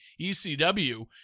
ECW